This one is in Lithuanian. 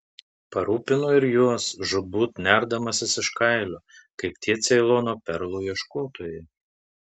parūpinu ir juos žūtbūt nerdamasis iš kailio kaip tie ceilono perlų ieškotojai